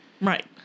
Right